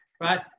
right